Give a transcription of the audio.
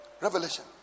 Revelation